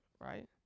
right